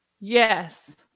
Yes